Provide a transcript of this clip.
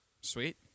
Sweet